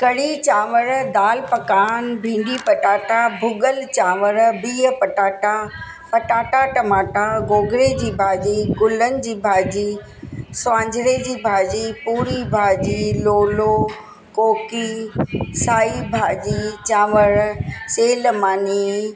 कढ़ी चांवर दाल पकवान भिंडी पटाटा भुगल चांवर बीह पटाटा पटाटा टमाटा गोगड़े जी भाॼी गुलनि जी भाॼी स्वांजरे जी भाॼी पुरी भाॼी लोलो कोकी साई भाॼी चांवर सेल मानी